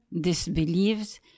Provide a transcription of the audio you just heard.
disbelieves